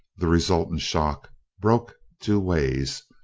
the resultant shock broke two ways,